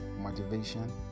Motivation